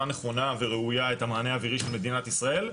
נכונה וראויה את המענה האווירי של מדינת ישראל,